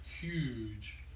huge